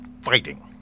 fighting